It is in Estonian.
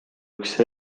üks